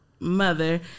mother